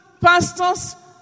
pastors